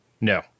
no